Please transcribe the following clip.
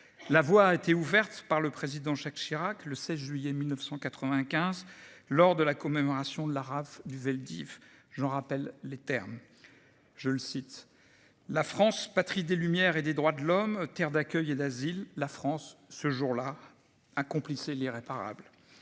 La voie a été ouverte par le président Jacques Chirac le 16 juillet 1995 lors de la commémoration de la rafle du Vel'd'Hiv. J'en rappelle les termes. Je le cite la France patrie des lumières et des droits de l'homme, terre d'accueil et d'asile, la France ce jour-là, accomplissait l'irréparable.